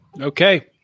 Okay